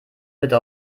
bitte